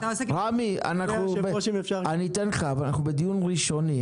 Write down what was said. אנחנו בדיון ראשוני,